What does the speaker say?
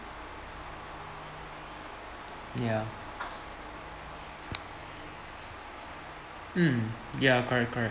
ya mm ya correct correct